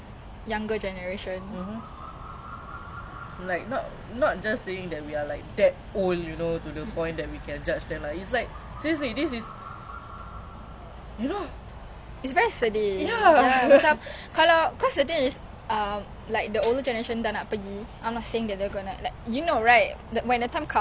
that we're gonna like you know right when the time comes it comes but then is gonna be our turn to lead and then we kalau kau tengok the younger generation aku macam err like you know just sad to see I'm not saying we are all bad